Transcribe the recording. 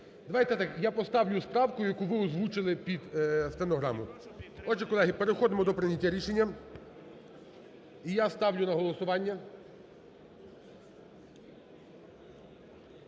Давайте так, я поставлю правку, яку ви озвучили під стенограму. Отже, колеги, переходимо до прийняття рішення. І я ставлю на голосування